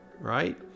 right